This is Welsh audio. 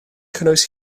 cynnwys